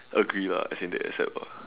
agree lah as in they accept ah